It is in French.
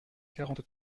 quarante